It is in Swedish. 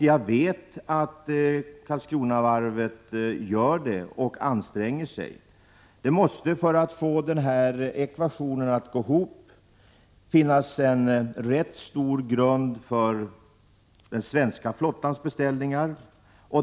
Jag vet att Karlskronavarvet anstränger sig för att göra det. Men det måste, för att få ekvationen att gå ihop, finnas en rätt bra basis för den svenska flottans beställningar.